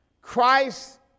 Christ